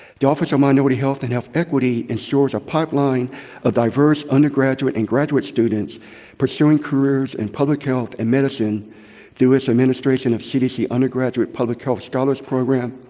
the office of minority health and health equity ensures a pipeline of diverse undergraduate and graduate students pursuing careers in and public health and medicine through its administration of cdc undergraduate public health scholars program,